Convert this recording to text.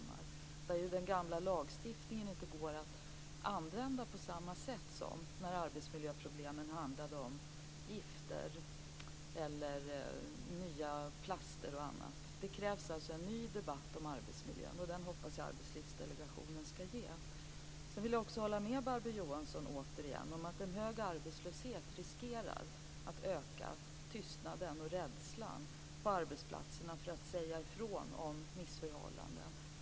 Här går ju den gamla lagstiftningen inte att använda på samma sätt som när arbetsmiljöproblemen handlade om gifter, nya plaster och annat. Det krävs alltså en ny debatt om arbetsmiljön, och den hoppas jag att Arbetslivsdelegationen skall ge. Sedan vill jag återigen hålla med Barbro Johansson om att en hög arbetslöshet riskerar att öka tystnaden på arbetsplatserna och rädslan för att säga ifrån om missförhållanden.